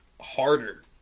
harder